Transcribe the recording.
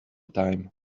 time